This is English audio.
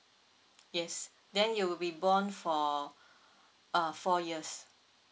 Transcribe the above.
yes then you will be bond for uh four years